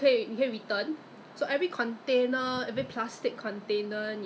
!wah! 你 so hardworking 这么勤劳 ah !aiya! 我才懒得做